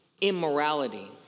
immorality